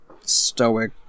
stoic